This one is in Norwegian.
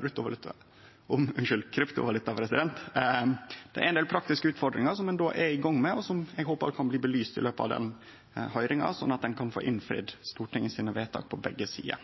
kryptovaluta. Ein er i gong med ein del praktiske utfordringar som eg håper kan bli belyste under høyringa, slik at ein kan få innfridd Stortinget sine vedtak på begge sider.